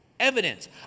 evidence